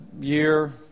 year